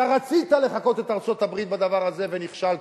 אתה רצית לחקות את ארצות-הברית בדבר הזה ונכשלת,